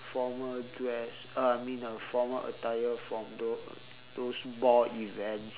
formal dress uh I mean a formal attire for tho~ those ball events